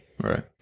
Right